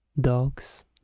dogs